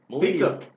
Pizza